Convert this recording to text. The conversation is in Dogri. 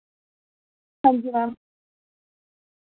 हांजी मैम